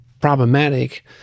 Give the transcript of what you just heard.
problematic